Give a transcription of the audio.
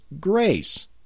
grace